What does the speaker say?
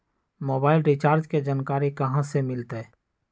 Mobile recharge के जानकारी कहा से मिलतै?